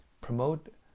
promote